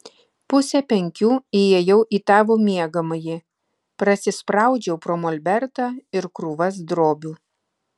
pusę penkių įėjau į tavo miegamąjį prasispraudžiau pro molbertą ir krūvas drobių